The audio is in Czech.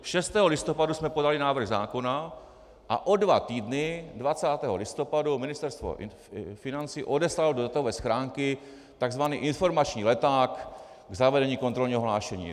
Šestého listopadu jsme podali návrh zákona a za dva týdny, 20. listopadu, Ministerstvo financí odeslalo do datové schránky tzv. informační leták k zavedení kontrolního hlášení.